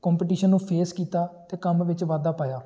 competition ਨੂੰ face ਕੀਤਾ ਅਤੇ ਕੰਮ ਵਿੱਚ ਵਾਧਾ ਪਾਇਆ